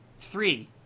Three